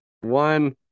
one